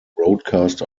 broadcast